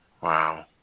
Wow